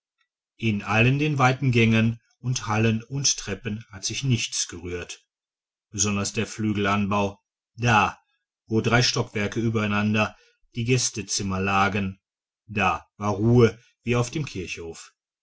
in allen den weiten gängen und hallen und treppen hat sich nichts gerührt besonders der flügelanbau da wo drei stockwerke übereinander die gästezimmer lagen da war ruhe wie auf dem kirchhof